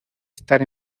estar